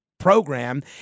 program